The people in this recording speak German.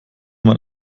man